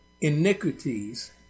iniquities